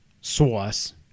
sauce